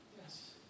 Yes